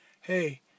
Hey